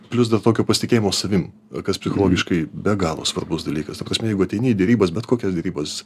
plius dar tokio pasitikėjimo savim kas psichologiškai be galo svarbus dalykas ta prasme jeigu ateini į derybas bet kokias derybas